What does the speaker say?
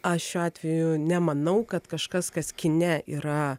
aš šiuo atveju nemanau kad kažkas kas kine yra